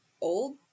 old